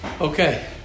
okay